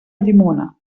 llimona